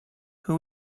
who